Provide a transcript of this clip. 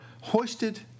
hoisted